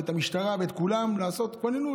את המשטרה ואת כולם לעשות כוננות,